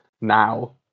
now